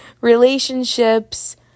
relationships